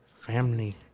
family